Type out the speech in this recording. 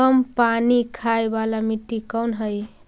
कम पानी खाय वाला मिट्टी कौन हइ?